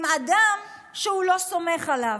עם אדם שהוא לא סומך עליו,